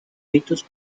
mitos